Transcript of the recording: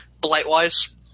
blight-wise